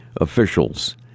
officials